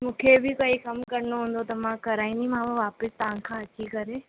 मूंखे बि कोई कमु करिणो हूंदो त मां कराईंदीमाव वापिसि तव्हांखां अची करे